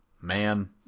man